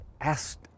asked